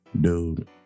Dude